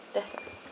that's right